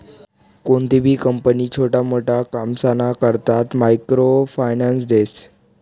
कोणतीबी कंपनी छोटा मोटा कामसना करता मायक्रो फायनान्स देस